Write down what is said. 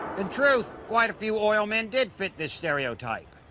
in truth, quite a few oilmen did fit this stereotype.